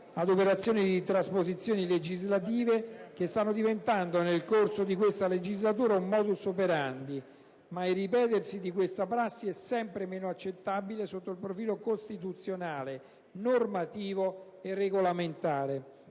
ad operazioni di trasposizione legislativa che stanno diventando nel corso di questa legislatura un *modus operandi* ricorrente: ma il ripetersi di questa prassi è sempre meno accettabile sotto il profilo costituzionale, normativo e regolamentare.